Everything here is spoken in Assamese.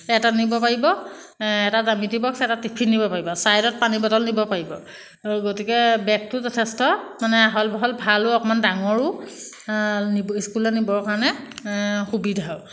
এটাত নিব পাৰিব এটা জ্যামিটি বক্স এটাত টিফিন নিব পাৰিব ছাইডত পানী বটল নিব পাৰিব আৰু গতিকে বেগটো যথেষ্ট মানে আহল বহল ভালো অকণমান ডাঙৰো স্কুলত নিবৰ কাৰণে সুবিধাও